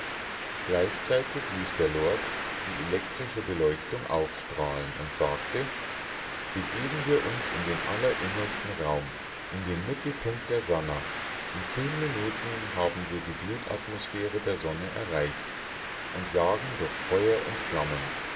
gleichzeitig ließ der lord die elektrische beleuchtung aufstrahlen und sagte begeben wir uns in den allerinnersten raum in den mittelpunkt der sannah in zehn minuten haben wir die glutatmosphäre der sonne erreicht und jagen durch feuer und flammen